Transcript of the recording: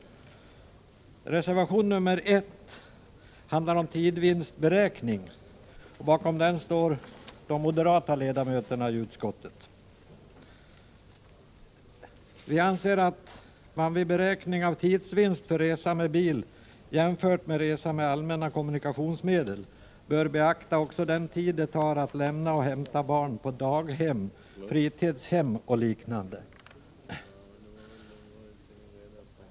Reservation nr 1 handlar om tidsvinstberäkning, och bakom den står de moderata ledamöterna i utskottet. Vi anser att man vid beräkning av tidsvinst för resa med bil jämfört med resa med allmänna kommunikationsmedel bör beakta också den tid det tar att lämna och hämta barn på daghem, fritidshem och liknande.